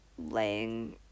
laying